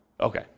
okay